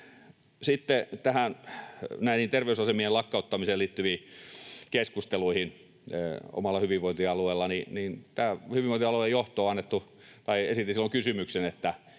sitten näihin terveysasemien lakkauttamisiin liittyviin keskusteluihin omalla hyvinvointialueellani: Hyvinvointialueen johdolle esitin silloin kysymyksen, että